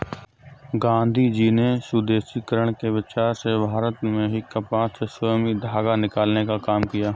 गाँधीजी ने स्वदेशीकरण के विचार से भारत में ही कपास से स्वयं ही धागा निकालने का काम किया